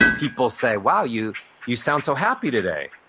people say, wow, you you sound so happy today,